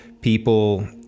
people